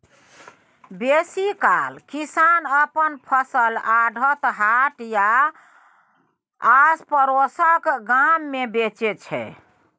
बेसीकाल किसान अपन फसल आढ़त, हाट या आसपरोसक गाम मे बेचै छै